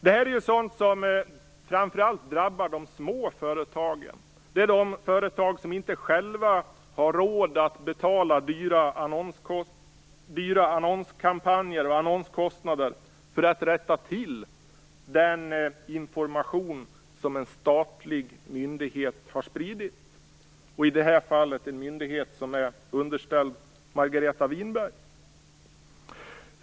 Det är sådant som framför allt drabbar de små företagen. Det är de företag som inte själva har råd att betala dyra annonskampanjer och annonskostnader för att rätta till den information som en statlig myndighet har spritt - i detta fall en myndighet som är underställd Margareta Winberg.